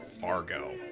Fargo